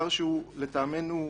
לטעמנו,